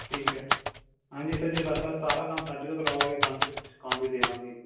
ਠੀਕ ਹੈ ਹਾਂਜੀ ਸਰ ਜੇ ਸਾਡਾ ਸਾਰਾ ਕੰਮ ਸਾਡੇ ਤੋਂ ਕਰਾਓਗੇ ਤੁਹਾਨੂੰ ਫਿਰ ਡਿਸਕਾਊਂਟ ਵੀ ਦੇ ਦਾਂਗੇ